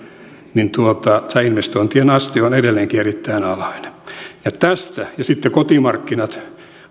niin tämä investointien aste on edelleenkin erittäin alhainen ja kotimarkkinat